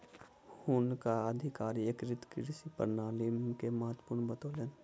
हुनका अधिकारी एकीकृत कृषि प्रणाली के महत्त्व बतौलैन